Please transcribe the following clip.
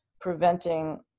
preventing